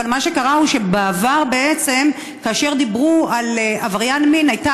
אבל מה שקרה הוא שבעבר בעצם כאשר דיברו על עבריין מין הייתה